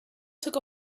took